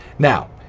Now